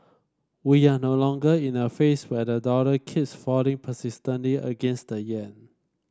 we're no longer in a phase where the dollar keeps falling persistently against the yen